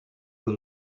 them